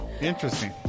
interesting